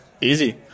Easy